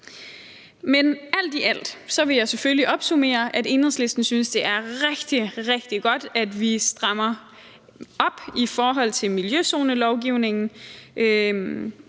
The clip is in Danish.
Men alt i alt vil jeg opsummere, at Enhedslisten selvfølgelig synes, at det er rigtig, rigtig godt, at vi strammer op i forhold til miljøzonelovgivningen,